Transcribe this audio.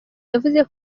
yavuze